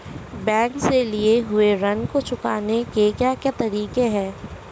Bank से लिए हुए ऋण को चुकाने के क्या क्या तरीके हैं?